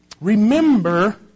Remember